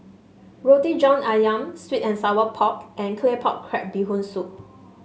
Roti John ayam sweet and Sour Pork and Claypot Crab Bee Hoon Soup